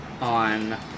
on